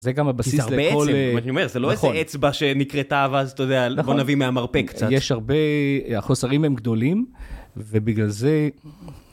זה גם הבסיס לכל... מה שאני אומר, זה לא איזה אצבע שנכרתה אז אתה יודע, בוא נביא מהמרפק קצת. יש הרבה... החוסרים הם גדולים, ובגלל זה...